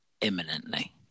imminently